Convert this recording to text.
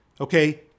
okay